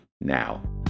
now